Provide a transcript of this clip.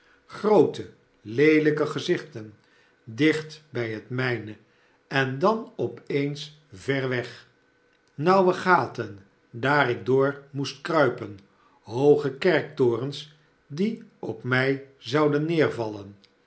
groote leelijke gezichten dicht bij het mijne en dan op eens ver weg nauwe gaten daar ik door moest kruipen hooge kerktorens die op mij zouden neervallen